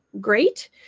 great